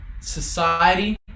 society